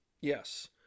Yes